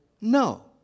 no